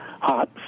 hot